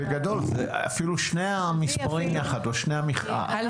בגדול זה אפילו שני המספרים יחד או שני --- הלוואי